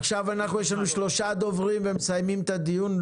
עכשיו יש לנו שלושה דוברים ומסיימים את הדיון.